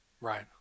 Right